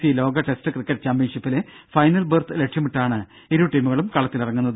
C ലോക test cricket ചാമ്പ്യൻഷിപ്പിലെ final berth ലക്ഷ്യമിട്ടാണ് ഇരു ടീമുകളും കളത്തിലിറങ്ങുന്നത്